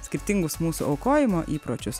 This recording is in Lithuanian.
skirtingus mūsų aukojimo įpročius